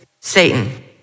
Satan